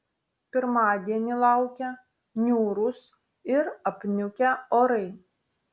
pirmadienį laukia niūrūs ir apniukę orai